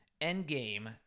Endgame